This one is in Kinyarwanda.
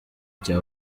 cya